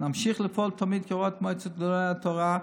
נמשיך לפעול תמיד כהוראת מועצת גדולי התורה,